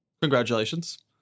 Congratulations